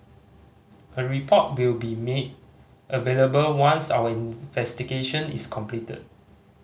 a report will be made available once our investigation is completed